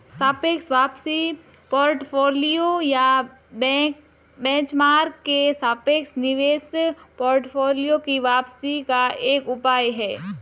सापेक्ष वापसी पोर्टफोलियो या बेंचमार्क के सापेक्ष निवेश पोर्टफोलियो की वापसी का एक उपाय है